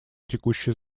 текущий